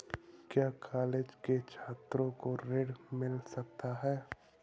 क्या कॉलेज के छात्रो को ऋण मिल सकता है?